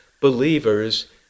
believers